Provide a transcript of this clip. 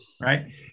right